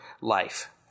life